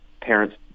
parents